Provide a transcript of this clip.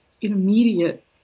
immediate